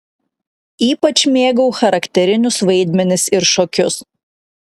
ypač mėgau charakterinius vaidmenis ir šokius